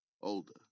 older